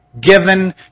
given